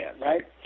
right